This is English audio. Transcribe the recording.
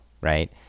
right